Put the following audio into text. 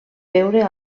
veure